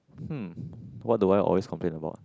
hmm what do I always complain about